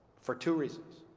for two reasons